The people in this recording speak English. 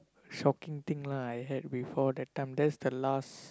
shocking thing lah I had before that time that's the last